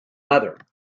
mother